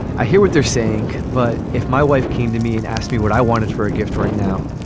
i hear what they're saying. but if my wife came to me and asked me what i wanted for a gift right now,